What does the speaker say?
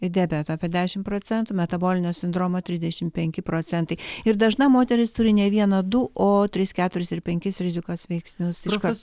ir diabetu apie dešim procentų metabolinio sindromo trisdešimt penki procentai ir dažna moteris turi ne vieną du o tris keturis ir penkis rizikos veiksnius iškart